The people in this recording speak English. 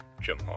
Jim